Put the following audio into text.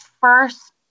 first